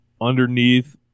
underneath